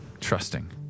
trusting